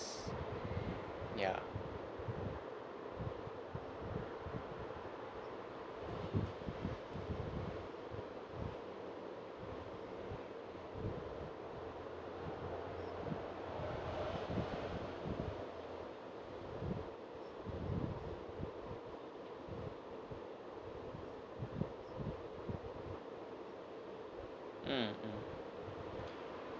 ya mm mm